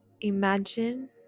Imagine